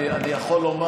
אני יכול לומר